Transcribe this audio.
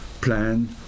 plan